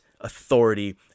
authority